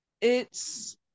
It's-